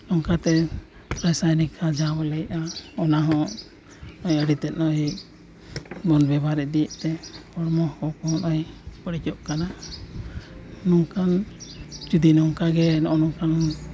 ᱱᱚᱝᱠᱟᱛᱮ ᱨᱟᱥᱟᱭᱱᱤᱠ ᱠᱷᱟᱫ ᱡᱟᱦᱟᱸ ᱵᱚᱱ ᱞᱟᱹᱭᱮᱜᱼᱟ ᱚᱱᱟ ᱦᱚᱸ ᱟᱹᱰᱤ ᱛᱮᱫ ᱵᱚᱱ ᱵᱮᱵᱚᱦᱟᱨ ᱤᱫᱤᱭᱮᱫᱛᱮ ᱦᱚᱲᱢᱚ ᱦᱚᱸ ᱠᱚ ᱦᱚᱸ ᱱᱚᱜᱼᱚᱸᱭ ᱵᱟᱹᱲᱤᱡᱚᱜ ᱠᱟᱱᱟ ᱱᱚᱝᱠᱟᱱ ᱡᱩᱫᱤ ᱱᱚᱝᱠᱟ ᱜᱮ ᱱᱚᱜᱼᱚᱸᱭ ᱱᱚᱝᱠᱟᱢ